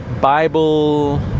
Bible